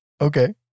Okay